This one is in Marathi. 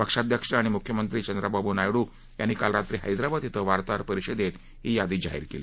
पक्षाध्यक्ष आणि मुख्यमंत्री चंद्राबाबू नायडू यांनी काल रात्री हद्विवाद कें वार्ताहर परिषदेत ही यादी जाहीर केली